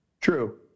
True